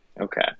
Okay